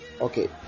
Okay